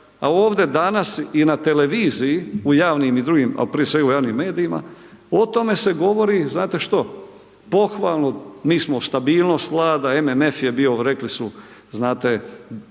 a ovdje danas i na televiziji u javnim i drugim, al' prije svega u javnim medijima, o tome se govori znate što?, pohvalno, mi smo, stabilnost vlada, MMF je bio, rekli znate